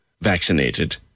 vaccinated